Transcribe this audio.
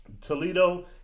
Toledo